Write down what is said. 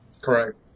Correct